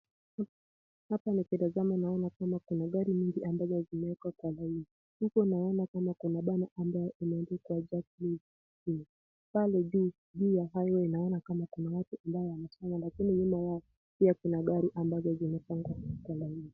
Hapa nikitazama naoana kama kuna magari mengi ambazo zimewekwa kwa laini. Hapo juu, juu ya highway lakini nyuma yao pia kuna gari zimepangwa jwa laini.